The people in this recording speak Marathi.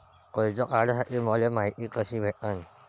कर्ज काढासाठी मले मायती कशी भेटन?